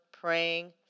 praying